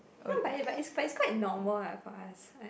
no but but it but it but it's quite normal ah for us I